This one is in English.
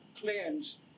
cleansed